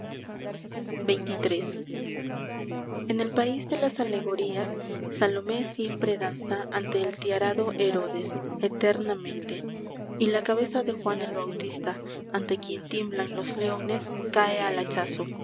xxiii en el país de las alegorías salomé siempre danza ante el tiarado herodes eternamente y la cabeza de juan el bautista ante quien tiemblan los leones cae al hachazo